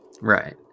Right